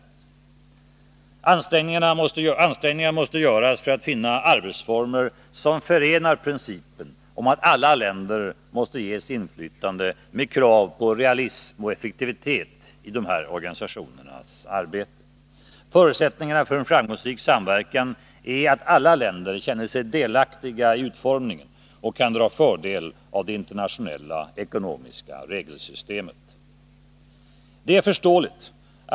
Det är därför nödvändigt att göra skillnad mellan oljeimporterande och oljeexporterande u-länder, men också andra nyanseringar tränger sig på. När vi t.ex. talar om tredje världens explosivt växande skuldsättning och de åtgärder som bör vidtas för att lösa detta problem måste man hålla i minnet att åtta länder, varav fem i Latinamerika, står för hela 70 96 av den kommersiella och 50 76 av den totala upplåningen.